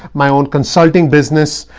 my own consulting business.